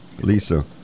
Lisa